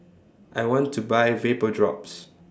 I want to Buy Vapodrops